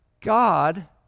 God